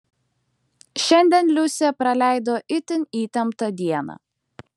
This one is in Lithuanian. šiandien liusė praleido itin įtemptą dieną